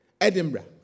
Edinburgh